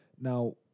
now